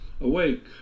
awake